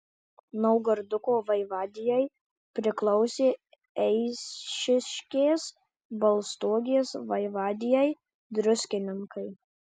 naugarduko vaivadijai priklausė eišiškės balstogės vaivadijai druskininkai